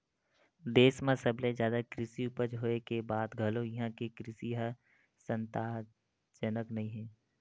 देस म सबले जादा कृषि उपज होए के बाद घलो इहां के कृषि ह संतासजनक नइ हे